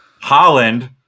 Holland